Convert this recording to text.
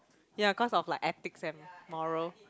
ya cause of like ethics and moral